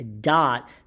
dot